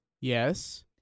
Yes